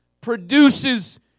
produces